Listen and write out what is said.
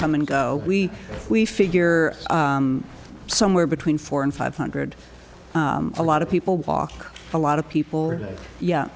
come and go we we figure somewhere between four and five hundred a lot of people walk a lot of people yeah